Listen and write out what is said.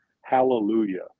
Hallelujah